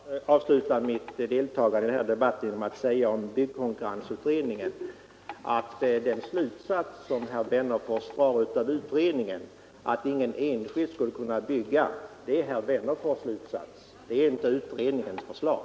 Herr talman! Jag skall avsluta mitt deltagande i den här debatten med att säga, att den slutsats som herr Wennerfors drar i fråga om byggkonkurrensutredningen — att ingen enskild skulle kunna bygga — är herr Wennerfors” slutsats och inte utredningens förslag.